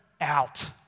out